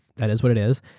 that is what it is.